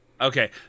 okay